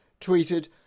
tweeted